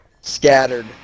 scattered